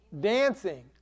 dancing